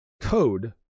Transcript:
code